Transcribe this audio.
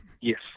Yes